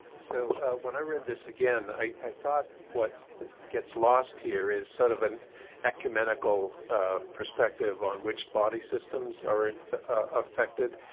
so when i read this again, i thought what gets lost here is sort of an acumenical perspective on which body systems are affected.